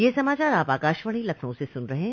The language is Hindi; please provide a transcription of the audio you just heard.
ब्रे क यह समाचार आप आकाशवाणी लखनऊ से सुन रहे हैं